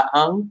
ang